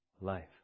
life